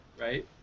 right